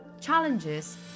challenges